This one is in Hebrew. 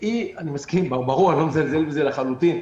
ואני לא מזלזל בזה לחלוטין,